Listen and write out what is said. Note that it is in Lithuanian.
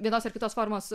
vienos ar kitos formos